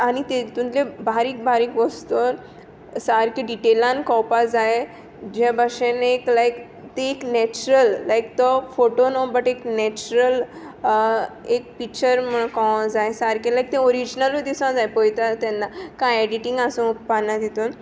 आनी तितूंतल्यो बारीक बारीक वोस्तू सारक्यो डिटेलान कोवपा जाये जे बाशेन एक लायक ती एक न्यॅचरल लायक तो फोटो न्हू बट एक नॅचरल एक पिक्चर म्होणो कोवो जाये सारकें लायक तें ऑरिजनलू दिसो जाये पयता तेन्ना कांय एडिटींग आसूं उपकान्ना तितून